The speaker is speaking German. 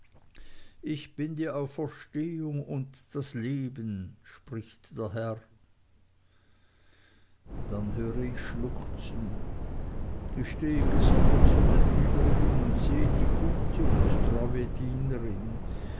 ich bin die auferstehung und das leben spricht der herr dann höre ich schluchzen ich stehe gesondert von den übrigen und sehe die gute und treue dienerin